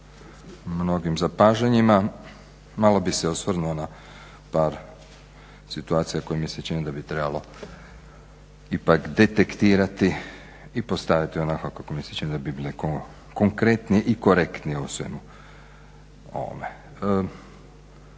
mnogim zapažanjima. Malo bih se osvrnuo na par situacija na koje mi se čini da bi trebalo ipak detektirati i postaviti onako kako mi se čini da bi bile konkretne i korektnije u svemu ovome.